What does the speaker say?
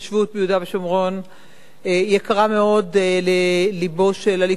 ביהודה ושומרון יקרה מאוד ללבו של הליכוד,